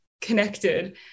connected